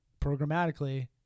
programmatically